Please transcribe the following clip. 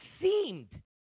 seemed